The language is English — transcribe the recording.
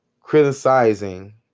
criticizing